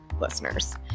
listeners